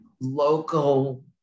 local